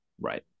Right